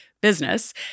business